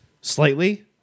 slightly